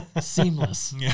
Seamless